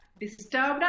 disturbed